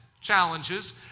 challenges